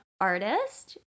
artist